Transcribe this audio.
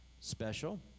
Special